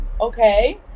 Okay